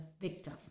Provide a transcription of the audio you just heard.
victim